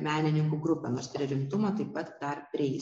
menininkų grupę nors prie rimtumo taip pat dar prieisiu